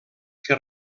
que